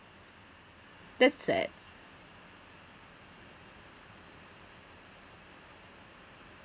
that's sad